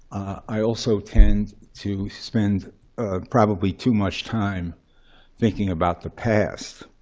i also tend to spend probably too much time thinking about the past.